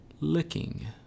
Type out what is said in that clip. Licking